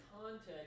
context